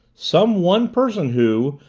some one person who,